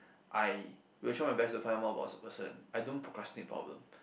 I will try my best to find out more about a person I don't procrastinate problem